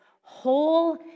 whole